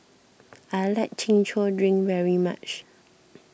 I like Chin Chow Drink very much